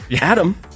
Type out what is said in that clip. Adam